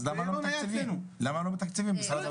אז למה לא מתקצבים, משרד האוצר?